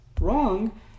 wrong